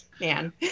man